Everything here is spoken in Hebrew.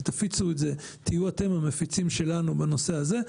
תפיצו את זה, תהיו אתם המפיצים שלנו בנושא הזה,